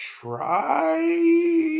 try